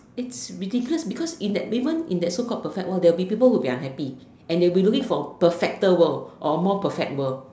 it's ridiculous because in that even in that so called perfect world there will be people who are unhappy and they will be looking for a perfecter world or more perfect world